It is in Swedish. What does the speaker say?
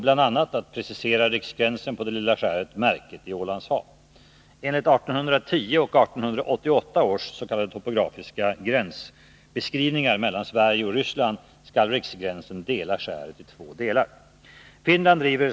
Endast därigenom garanteras den integritet som krävs för att radio och TV skall kunna uppfylla sitt ansvar mot allmänheten och bedriva en självständig och granskande verksamhet.